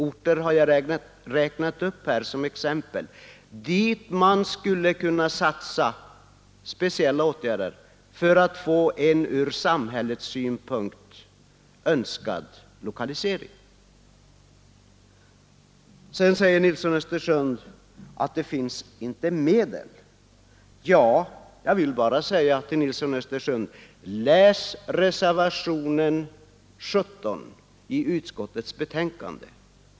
Jag har som exempel räknat upp orter där man skulle kunna göra speciella satsningar för att få en ur samhällets synpunkt önskad lokalisering. Herr Nilsson i Östersund säger att vi inte har medel. Jag vill bara uppmana herr Nilsson att läsa reservationen 17 i utskottsbetänkandet.